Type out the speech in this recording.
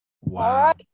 Wow